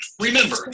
remember